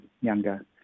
younger